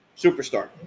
Superstar